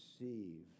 receive